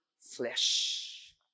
flesh